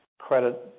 credit